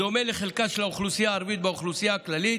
בדומה לחלקה של האוכלוסייה הערבית באוכלוסייה הכללית.